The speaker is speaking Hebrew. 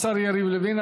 תודה לשר יריב לוין.